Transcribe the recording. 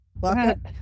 Welcome